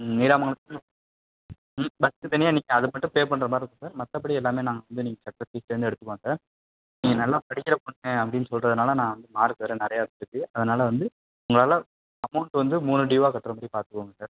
ம் நீடாமங்கலம் ம் ம் பஸ்ஸு தனியாக நிற்கும் அதுக்கு மட்டும் பே பண்ணுற மாதிரி இருக்கும் சார் மற்றபடி எல்லாமே நாங்கள் வந்து நீங்கள் கட்டுற ஃபீஸ்லேருந்தே எடுத்துக்குவோம் சார் நீங்கள் நல்லா படிக்கிற பொண்ணு அப்படின்னு சொல்கிறதுனால நான் வந்து மார்க் வேறு நிறையா வெச்சிருக்குது அதனால் வந்து உங்களால் அமௌண்ட் வந்து மூணு டியூவாக கட்டுற மாதிரி பார்த்துக்கோங்க சார்